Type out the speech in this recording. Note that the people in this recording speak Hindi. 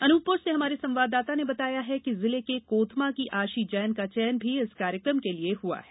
अनूपपुर से हमारे संवाददाता ने बताया है कि जिले के कोतमा की आशी जैन का चयन भी इस कार्यक्रम के लिए हुआ है